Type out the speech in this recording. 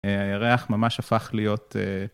הירח ממש הפך להיות...